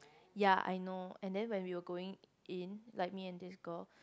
ya I know and then when we're going in like me and this girl